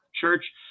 church